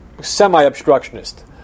semi-obstructionist